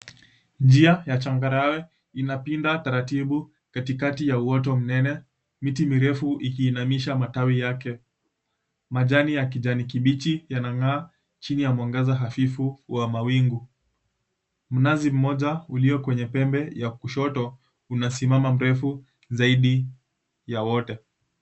Njia ya changarawe inapinda taratibu katikati ya uoto mnene miti mirefu ikiinamisha matawi yake. Majani ya kijani kibichi yanang`aa na mwangaza chini ya mwangaza hafifu ya mawingu. mnazi mmoja ulio kwenye pembe ya kushoto unasimama mrefu zaidi ya wote.